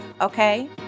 okay